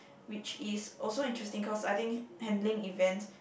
which is also interesting cause I think handling events